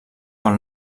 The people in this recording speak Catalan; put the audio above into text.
pel